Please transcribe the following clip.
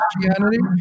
Christianity